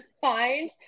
find